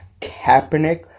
Kaepernick